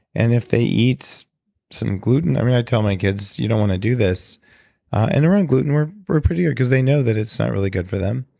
and if they eat some gluten. i mean i tell my kids you don't want to do this and around gluten, we're we're pretty good because they know that it's not really good for them.